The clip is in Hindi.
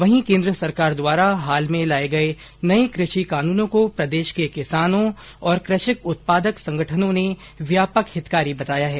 वहीं केन्द्र सरकार द्वारा हाल में लाये गये नये कृषि कानूनों को प्रदेश के किसानों और कृषक उत्पादक संगठनों ने व्यापक हितकारी बताया है